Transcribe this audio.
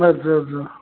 ଆଚ୍ଛା ଆଚ୍ଛା